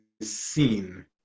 seen